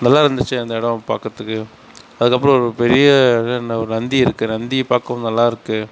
நல்லாருந்துச்சு அந்த எடம் பார்க்கறத்துக்கு அதுக்கப்புறம் ஒரு பெரிய இது ஒரு என்ன ஒரு நந்தி இருக்குது நந்தியை பார்க்கவும் நல்லாருக்குது